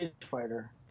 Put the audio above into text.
fighter